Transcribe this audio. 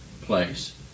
place